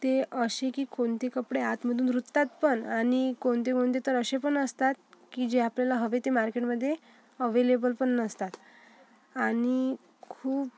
ते असे की कोणते कपडे आतमधून रुततातपण आणि कोणते कोणते तर असे पण असतात की जे आपल्याला हवे ते मार्केटमध्ये अव्हेलेबलपण नसतात आणि खूप